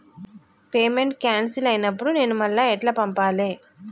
Payment cancel అయినపుడు నేను మళ్ళా ఎట్ల పంపాలే?